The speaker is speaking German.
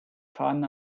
fahnen